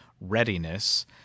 readiness